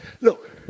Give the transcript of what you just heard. Look